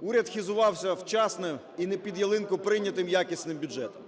уряд хизувався вчасним і не під ялинку прийнятим якісним бюджетом.